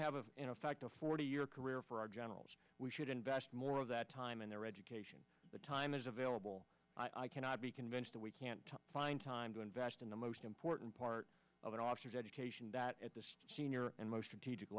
have in effect a forty year career for our generals we should invest more of that time in their education the time is available i cannot be convinced that we can't find time to invest in the most important part of the officers education that at the senior and most